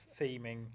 theming